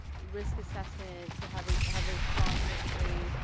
risk assessments, ah have ah have a strong history,